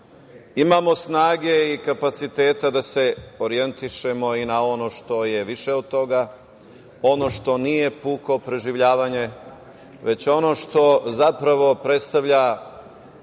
imamo snage i kapaciteta da se orijentišemo i na ono što je više od toga, ono što nije puko preživljavanje, već ono što zapravo predstavlja